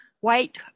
White